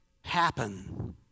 happen